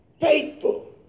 faithful